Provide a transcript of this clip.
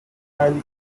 highly